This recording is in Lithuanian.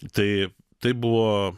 tai taip buvo